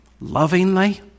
lovingly